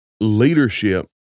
Leadership